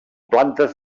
plantes